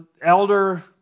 elder